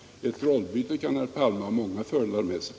Ett rollbyte kan, herr Palme, ha många fördelar med sig.